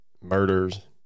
murders